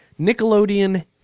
Nickelodeon